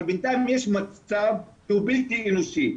אבל בינתיים יש מצב שהוא בלתי אנושי,